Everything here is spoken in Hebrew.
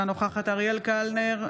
אינה נוכחת אריאל קלנר,